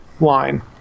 line